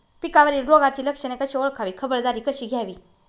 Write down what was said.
पिकावरील रोगाची लक्षणे कशी ओळखावी, खबरदारी कशी घ्यावी?